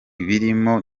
birimo